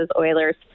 Oilers